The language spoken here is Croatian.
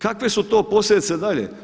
Kakve su to posljedice dalje.